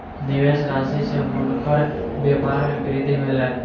निवेश राशि सॅ हुनकर व्यपार मे वृद्धि भेलैन